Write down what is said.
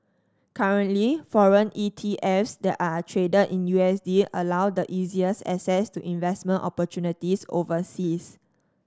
currently foreign ETFs that are traded in U S D allow the easiest access to investment opportunities overseas